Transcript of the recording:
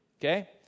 okay